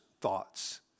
thoughts